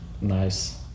Nice